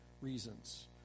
reasons